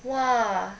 !wah!